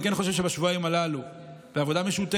אני כן חושב שבשבועיים הללו אנחנו נבצע בעבודה משותפת